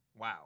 Wow